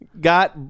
Got